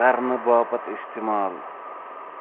کَرنہٕ باپتھ اِستعمال